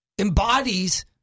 embodies